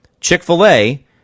Chick-fil-A